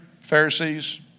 Pharisees